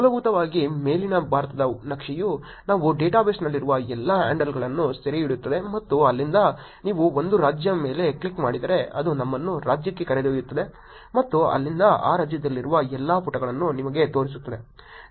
ಮೂಲಭೂತವಾಗಿ ಮೇಲಿನ ಭಾರತದ ನಕ್ಷೆಯು ನಾವು ಡೇಟಾಬೇಸ್ನಲ್ಲಿರುವ ಎಲ್ಲಾ ಹ್ಯಾಂಡಲ್ಗಳನ್ನು ಸೆರೆಹಿಡಿಯುತ್ತದೆ ಮತ್ತು ಅಲ್ಲಿಂದ ನೀವು ಒಂದು ರಾಜ್ಯದ ಮೇಲೆ ಕ್ಲಿಕ್ ಮಾಡಿದರೆ ಅದು ನಿಮ್ಮನ್ನು ರಾಜ್ಯಕ್ಕೆ ಕರೆದೊಯ್ಯುತ್ತದೆ ಮತ್ತು ಅಲ್ಲಿಂದ ಆ ರಾಜ್ಯದಲ್ಲಿರುವ ಎಲ್ಲಾ ಪುಟಗಳನ್ನು ನಿಮಗೆ ತೋರಿಸುತ್ತದೆ